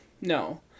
no